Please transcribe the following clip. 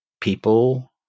People